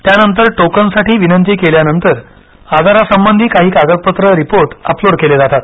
त्यानंतर टोकनसाठी विनंती केल्यानंतर आजारासंबंधी काही कागदपत्रे रिपोर्ट अपलोड केले जातात